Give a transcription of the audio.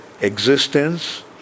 existence